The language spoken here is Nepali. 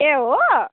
ए हो